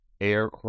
air